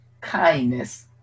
Kindness